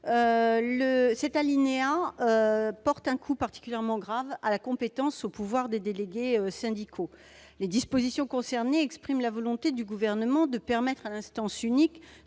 L'alinéa 3 porte un coup particulièrement grave à la compétence, aux pouvoirs des délégués syndicaux. Les dispositions concernées expriment la volonté du Gouvernement de permettre à l'instance unique